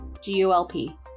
G-U-L-P